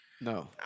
No